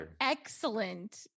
excellent